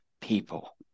people